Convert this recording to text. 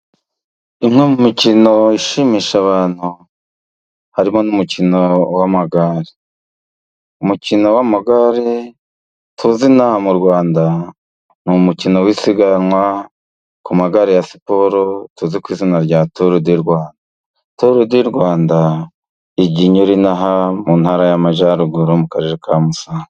Imwe mu mikino ishimisha abantu, harimo n'umukino w'amagare. Umukino w'amagare tuzi ino aha mu Rwanda, ni umukino w'isiganwa ku magare ya siporo, tuzi ku izina rya turudirwanda. Turudirwanda Ijya inyura ino aha mu ntara y'Amajyaruguru, mu karere ka Musanze.